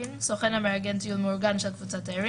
ולכל אנשי הוועדה,